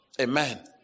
Amen